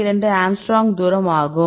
2 angstrom தூரம் ஆகும்